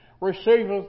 receiveth